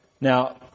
Now